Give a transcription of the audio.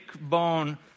bone